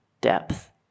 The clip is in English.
depth